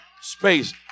space